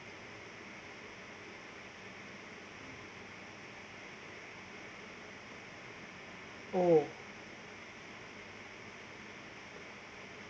oh